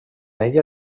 ella